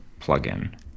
plugin